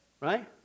right